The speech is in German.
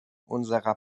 unserer